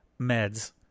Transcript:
Meds